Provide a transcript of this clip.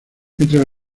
entre